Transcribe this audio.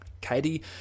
Katie